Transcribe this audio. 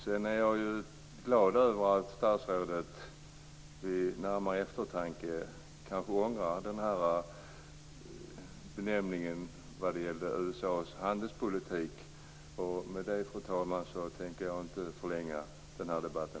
Jag är glad över att statsrådet vid närmare eftertanke kanske ångrar benämningen vad gäller USA:s handelspolitik. Med detta, fru talman, tänker jag inte ytterligare förlänga den här debatten.